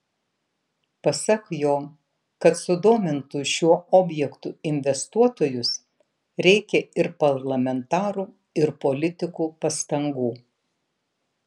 pasak jo kad sudomintų šiuo objektu investuotojus reikia ir parlamentarų ir politikų pastangų